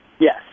Yes